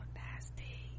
nasty